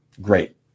great